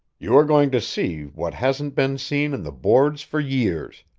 you are going to see what hasn't been seen in the boards for years,